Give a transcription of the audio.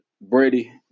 Brady